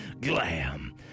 glam